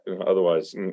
otherwise